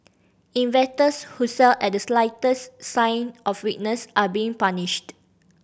investors who sell at the slightest sign of weakness are being punished